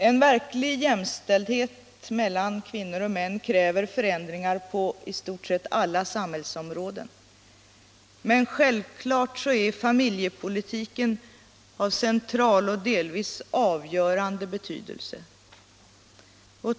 En verklig jämställdhet mellan kvinnor och män kräver förändringar på i stort sett alla samhällsområden, men självklart är familjepolitiken av central och delvis avgörande betydelse.